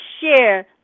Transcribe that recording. share